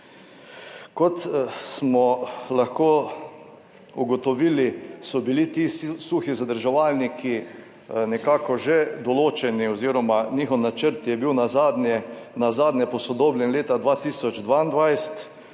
Kot smo lahko ugotovili, so bili ti suhi zadrževalniki nekako že določeni oziroma njihov načrt je bil nazadnje posodobljen leta 2022,